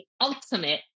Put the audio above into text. ultimate